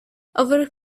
our